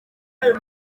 ayo